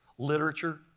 Literature